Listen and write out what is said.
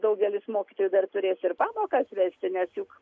daugelis mokytojų dar turės ir pamokas vesti nes juk